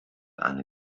eine